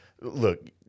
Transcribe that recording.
look